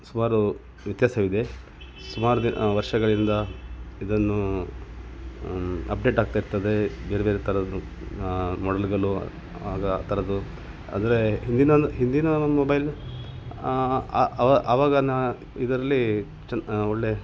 ಸುಮಾರು ವ್ಯತ್ಯಾಸವಿದೆ ಸುಮಾರು ದಿ ವರ್ಷಗಳಿಂದ ಇದನ್ನು ಅಪ್ಡೇಟ್ ಆಗ್ತಾ ಇರ್ತದೆ ಬೇರೆ ಬೇರೆ ಥರದ್ದು ಮೊಡ್ಲ್ಗಳು ಆಗ ಆ ಥರದ್ದು ಆದರೆ ಹಿಂದಿನ ಹಿಂದಿನ ಒಂದು ಮೊಬೈಲ್ ಆ ಅವಾಗಿನ ಇದರಲ್ಲಿ ಚನ್ ಒಳ್ಳೆಯ